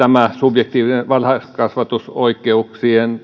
tämä subjektiivisen